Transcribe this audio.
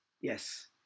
Yes